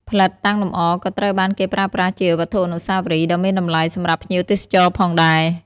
ផ្លិតតាំងលម្អក៏ត្រូវបានគេប្រើប្រាស់ជា វត្ថុអនុស្សាវរីយ៍ ដ៏មានតម្លៃសម្រាប់ភ្ញៀវទេសចរណ៍ផងដែរ។